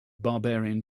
barbarian